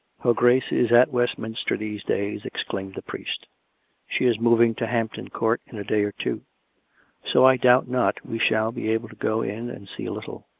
her grace is at westminster these days, exclaimed the priest she is moving to hampton court in a day or two so i doubt not we shall be able to go in and see a little.